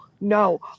no